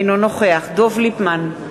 אינו נוכח דב ליפמן,